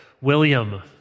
William